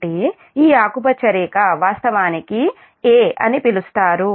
అంటే ఈ ఆకుపచ్చ రేఖ వాస్తవానికి దీ 'A' అని పిలుస్తారు